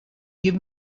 give